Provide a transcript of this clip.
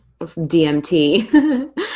DMT